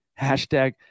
Hashtag